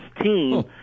team